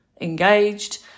engaged